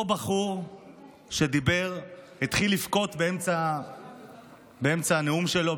אותו בחור שדיבר התחיל לבכות באמצע הנאום שלו,